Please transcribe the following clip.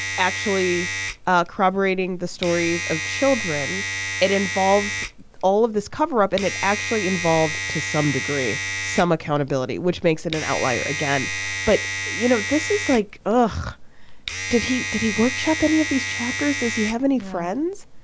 actually ah corroborating the stories of children it involves all of this cover up and it actually involved to some degree some accountability which makes it an outlier again but you know this is like oh did he. did he workshop any of these chapters. does he have any friends.